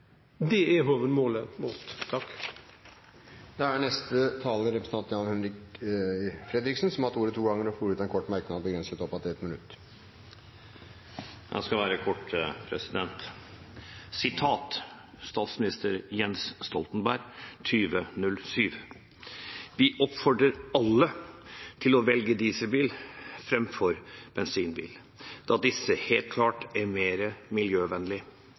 får ordet til en kort merknad, begrenset til 1 minutt. Jeg skal være kort. Sitat statsminister Jens Stoltenberg 2007: «Vi oppfordrer alle til å velge dieselbil fremfor bensinbil, da disse helt klart er